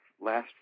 last